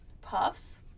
Puffs